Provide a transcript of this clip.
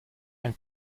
and